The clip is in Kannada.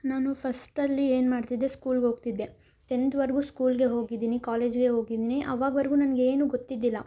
ನಾನು ಫಸ್ಟಲ್ಲಿ ಏನ್ಮಾಡ್ತಿದ್ದೆ ಸ್ಕೂಲ್ಗೆ ಹೋಗ್ತಿದ್ದೆ ಟೆಂಥ್ವರೆಗೂ ಸ್ಕೂಲ್ಗೆ ಹೋಗಿದ್ದೀನಿ ಕಾಲೇಜ್ಗೆ ಹೋಗಿದ್ದೀನಿ ಆವಾಗ್ವರೆಗೂ ನನಗೇನೂ ಗೊತ್ತಿದ್ದಿಲ್ಲ